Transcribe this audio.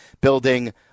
building